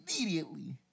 immediately